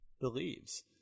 believes